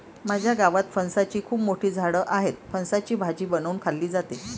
माझ्या गावात फणसाची खूप मोठी झाडं आहेत, फणसाची भाजी बनवून खाल्ली जाते